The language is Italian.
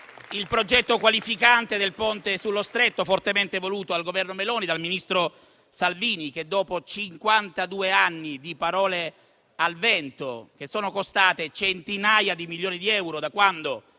al progetto qualificante del Ponte sullo Stretto, fortemente voluto dal Governo Meloni e dal ministro Salvini, dopo cinquantadue anni di parole al vento che sono costate centinaia di milioni di euro, da quando